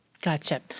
Gotcha